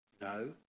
no